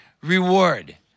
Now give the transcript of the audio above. reward